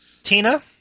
Tina